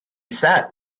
sat